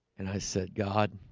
and i said, god